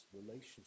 relationship